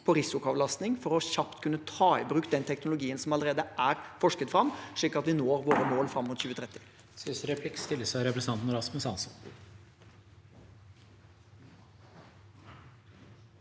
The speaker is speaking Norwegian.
på risikoavlastning for kjapt å kunne ta i bruk den teknologien som allerede er forsket fram, slik at vi når vårt mål fram mot 2030.